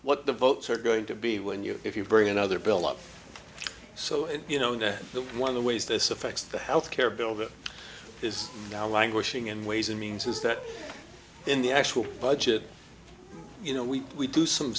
what the votes are going to be when you if you bring another bill up so and you know that the one of the ways this affects the health care bill that is now languishing in ways and means is that in the actual budget you know we do some